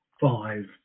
five